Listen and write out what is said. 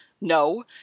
No